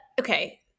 okay